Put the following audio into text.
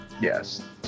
Yes